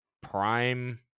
prime